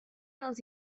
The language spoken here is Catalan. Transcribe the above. els